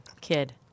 kid